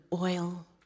oil